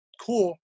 cool